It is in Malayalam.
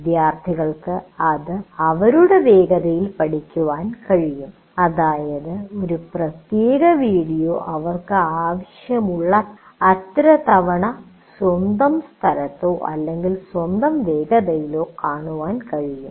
വിദ്യാർത്ഥികൾക്ക് അത് അവരുടെ വേഗതയിൽ പഠിക്കാൻ കഴിയും അതായത് ഒരു പ്രത്യേക വീഡിയോ അവർക്ക് ആവശ്യമുള്ളത്ര തവണയോ സ്വന്തം സ്ഥലത്തോ അല്ലെങ്കിൽ സ്വന്തം വേഗതയിലോ കാണാൻ കഴിയും